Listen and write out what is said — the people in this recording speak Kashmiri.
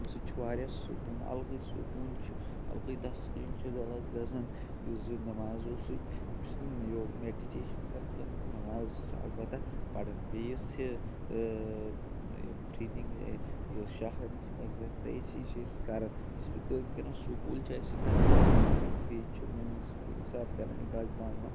امہِ سۭتۍ چھِ واریاہ سکوٗن الگٕے سکوٗن چھِ الگٕے تسکیٖن چھُ دِلَس گژھان یُس زَن نٮ۪مازو سۭتۍ بہٕ چھُس نہٕ یہِ میڈِٹیشَن کَران کینٛہہ نٮ۪ماز چھِ البتہ پَران بیٚیہِ یُس یہِ یہِ بِرٛیٖدِنٛگ یُس شاہ ہٮ۪نٕچ یِم ایکزَرسایِز چھِ یہِ چھِ أسۍ کَران یہِ چھُس بہٕ کٲنٛسہِ سۭتۍ کَران سکوٗل چھِ اَسہِ کَرناوان بیٚیہِ چھُ مٔنٛزۍ کُنہِ ساتہٕ کَران بَس دَم وَم